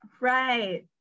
Right